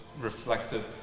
reflected